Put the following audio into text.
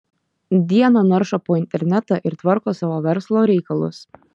dieną naršo po internetą ir tvarko savo verslo reikalus